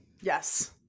Yes